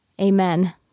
Amen